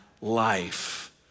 life